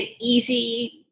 easy